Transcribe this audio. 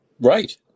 Right